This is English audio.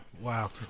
Wow